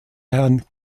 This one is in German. herrn